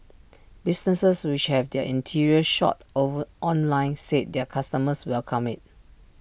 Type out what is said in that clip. businesses which have their interior shots over online said their customers welcome IT